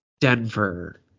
Denver